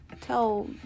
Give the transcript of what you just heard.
tell